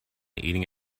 eating